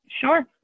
Sure